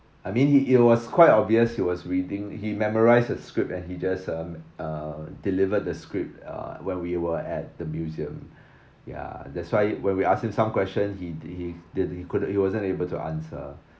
I mean it it was quite obvious he was reading he memorise the script and he just uh uh delivered the script uh when we were at the museum ya that's why when we ask him some question he he didn't he couldn't he wasn't able to answer